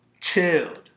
chilled